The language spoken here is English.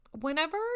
Whenever